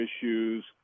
issues